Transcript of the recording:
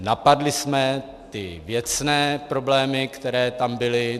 Napadli jsme ty věcné problémy, které tam byly.